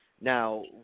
Now